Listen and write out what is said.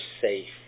safe